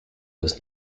was